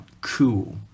cool